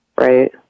right